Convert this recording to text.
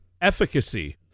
Efficacy